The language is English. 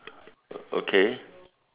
okay